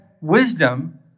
wisdom